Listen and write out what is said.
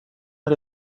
let